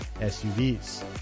SUVs